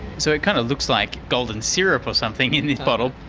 so it kind of looks like golden syrup or something in this bottle.